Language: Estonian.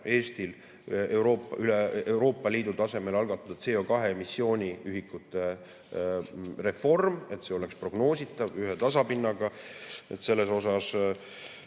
Eestil Euroopa Liidu tasemel algatada CO2emissiooni ühikute reform, et see oleks prognoositav ühel tasapinnal. Tegemist